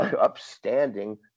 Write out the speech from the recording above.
upstanding